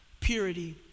purity